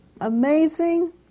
amazing